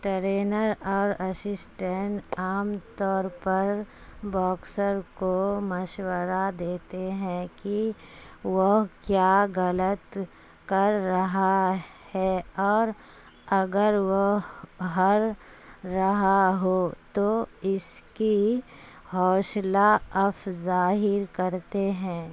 trainer اور assistant عام طور پر باکسر کو مشورہ دیتے ہیں کہ وہ کیا غلط کر رہا ہے اور اگر وہ ہر رہا ہو تو اس کی حوصلہ افزائش کرتے ہیں